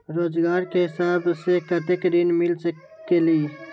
रोजगार के हिसाब से कतेक ऋण मिल सकेलि?